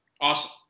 Awesome